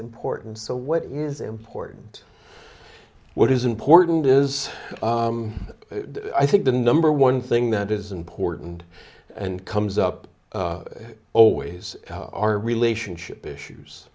important so what is important what is important is i think the number one thing that is important and comes up over weighs our relationship issues